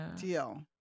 deal